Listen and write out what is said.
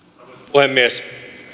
puhemies